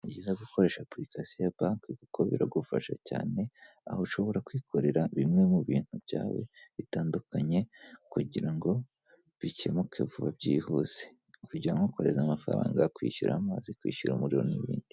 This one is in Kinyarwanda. Nibyiza gukoresha apurikasiyo ya banke kuko biragufasha cyane aho ushobora kwikorera bimwe mu bintu byawe bitandukanye kugira ngo bikemuke vuba byihuse kujya nkokoreza amafaranga, kwishyura amazi, kwishyura umuriro n'ibindi.